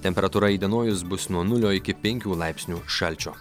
temperatūra įdienojus bus nuo nulio iki penkių laipsnių šalčio